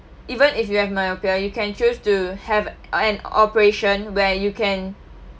even if you have myopia you can choose to have an operation where you can